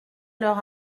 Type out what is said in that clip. l’heure